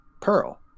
pearl